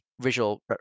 visual